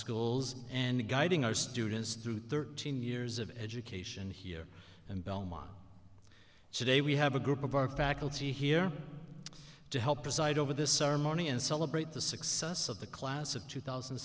schools and guiding our students through thirteen years of education here and belmont today we have a group of our faculty here to help preside over this ceremony and celebrate the success of the class of two thousand